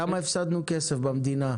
להגיד שתכנון לא עולה כסף תכנון קרקעי שהיה